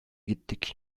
gittik